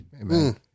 Amen